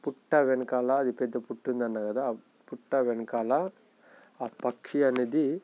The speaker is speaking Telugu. పుట్ట వెనకాల అది పెద్ద పుట్ట ఉందన్నాను కదా ఆ పుట్ట వెనకాల ఆ పక్షి అనేది